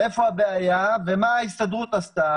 איפה הבעיה ומה ההסתדרות עשתה.